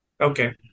Okay